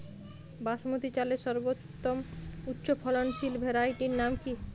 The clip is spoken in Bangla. বাসমতী চালের সর্বোত্তম উচ্চ ফলনশীল ভ্যারাইটির নাম কি?